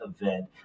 event